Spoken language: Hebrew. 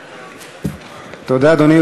תודה, אדוני.